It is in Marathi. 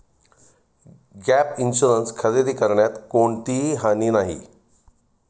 गॅप इन्शुरन्स खरेदी करण्यात कोणतीही हानी नाही